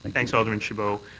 thanks, alderman chabot.